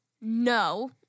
No